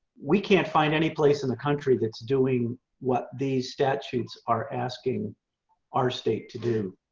we can't find any place in the country that's doing what these statutes are asking our state to do.